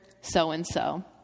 So-and-so